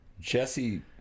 Jesse